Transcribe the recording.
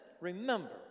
Remember